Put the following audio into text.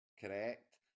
Correct